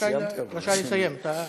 רשאי לסיים.